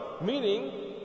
meaning